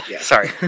Sorry